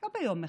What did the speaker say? לא ביום אחד,